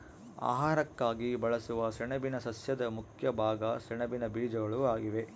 ಆಹಾರಕ್ಕಾಗಿ ಬಳಸುವ ಸೆಣಬಿನ ಸಸ್ಯದ ಮುಖ್ಯ ಭಾಗ ಸೆಣಬಿನ ಬೀಜಗಳು ಆಗಿವೆ